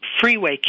freeway